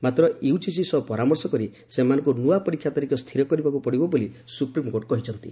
ମାତ୍ର ୟୁଜିସି ସହ ପରାମର୍ଶ କରି ସେମାନଙ୍କୁ ନୂଆ ପରୀକ୍ଷା ତାରିଖ ସ୍ଥିର କରିବାକୁ ପଡ଼ିବ ବୋଲି ସୁପ୍ରିମ୍କୋର୍ଟ କହିଛନ୍ତି